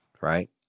right